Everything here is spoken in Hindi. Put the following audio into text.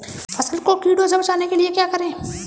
फसल को कीड़ों से बचाने के लिए क्या करें?